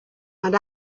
and